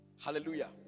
Hallelujah